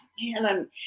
man